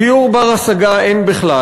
דיור בר-השגה אין בכלל,